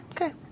okay